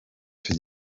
icyo